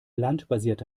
landbasierte